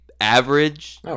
average